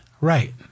Right